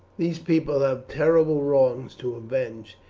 these people have terrible wrongs to avenge,